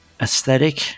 aesthetic